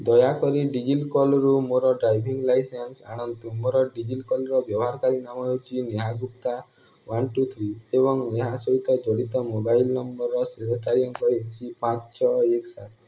ଦୟାକରି ଡି ଜି ଲକର୍ରୁ ମୋର ଡ୍ରାଇଭିଙ୍ଗ ଲାଇସେନ୍ସ ଆଣନ୍ତୁ ମୋର ଡି ଜି ଲକର୍ର ବ୍ୟବହାରକାରୀ ନାମ ହେଉଛି Neha Gupta one two three ଏବଂ ଏହା ସହିତ ଜଡ଼ିତ ମୋବାଇଲ ନମ୍ବରର ଶେଷ ଚାରି ଅଙ୍କ ହେଉଛି ପାଞ୍ଚ ଛଅ ଏକ ସାତ